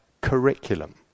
curriculum